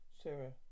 Sarah